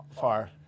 far